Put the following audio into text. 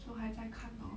so 还在看 lor